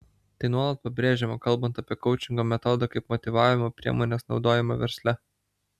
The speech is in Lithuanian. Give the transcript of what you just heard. tai nuolat pabrėžiama kalbant apie koučingo metodo kaip motyvavimo priemonės naudojimą versle